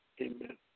Amen